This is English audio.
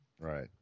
Right